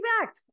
back